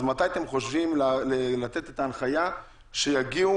מתי אתם חושבים לתת את ההנחיה שיגיעו